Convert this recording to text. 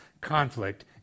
conflict